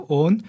on